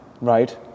right